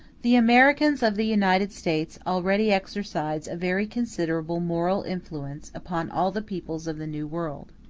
the americans of the united states already exercise a very considerable moral influence upon all the peoples of the new world.